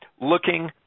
looking